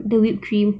the whipped cream